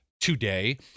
today